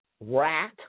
rat